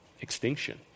extinction